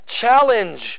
challenge